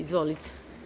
Izvolite.